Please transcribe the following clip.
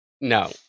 No